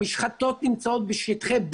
המשחטות נמצאות בשטחי B,